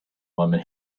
woman